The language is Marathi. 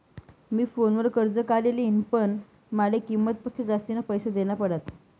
मी फोनवर कर्ज काढी लिन्ह, पण माले किंमत पक्सा जास्तीना पैसा देना पडात